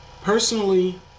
personally